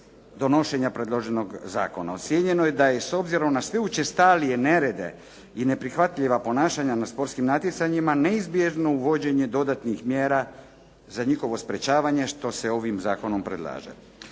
donošenja predloženog zakona. Ocijenjeno je da je s obzirom na sve učestalije nerede i neprihvatljiva ponašanja na sportskim natjecanjima neizbježno uvođenje dodatnih mjera za njihovo sprječavanje što se ovim zakonom predlaže.